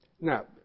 Now